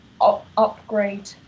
upgrade